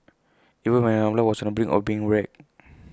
even when her umbrella was on the brink of being wrecked